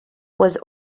was